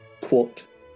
Quote